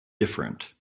different